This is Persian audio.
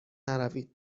نروید